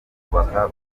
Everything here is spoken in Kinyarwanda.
kubaka